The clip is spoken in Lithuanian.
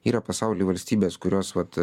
yra pasauly valstybės kurios vat